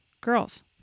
girls